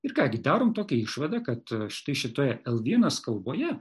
ir ką gi darom tokią išvadą kad štai šitoje el vienas kalboje